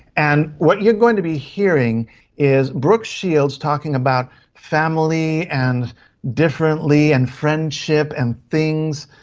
and what you are going to be hearing is brooke shields talking about family and differently and friendship and things,